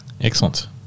Excellent